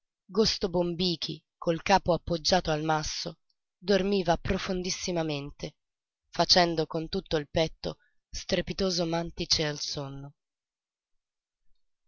infagottato gosto bombichi col capo appoggiato al masso dormiva profondissimamente facendo con tutto il petto strepitoso màntice al sonno